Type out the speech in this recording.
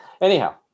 Anyhow